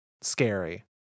scary